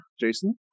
Jason